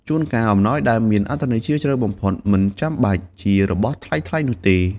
ជួនកាល អំណោយដែលមានអត្ថន័យជ្រាលជ្រៅបំផុត មិនចាំបាច់ជារបស់ថ្លៃៗនោះទេ។